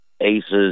ACEs